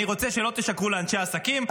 אני רוצה שלא תשקרו לאנשי העסקים,